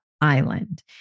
island